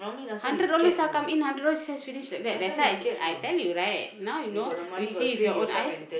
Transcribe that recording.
hundred dollars ah come in hundred dollars just finish like that that's why I I tell you right now you know you see with your own eyes